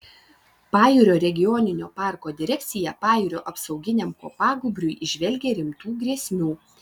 pajūrio regioninio parko direkcija pajūrio apsauginiam kopagūbriui įžvelgia rimtų grėsmių